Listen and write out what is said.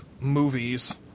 movies